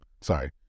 sorry